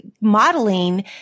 modeling